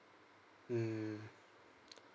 mm